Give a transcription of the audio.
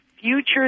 future